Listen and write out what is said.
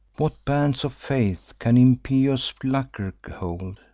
what bands of faith can impious lucre hold?